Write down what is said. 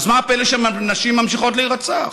אז מה הפלא שנשים ממשיכות להירצח?